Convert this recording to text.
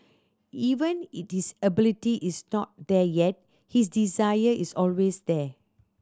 even if his ability is not there yet his desire is always there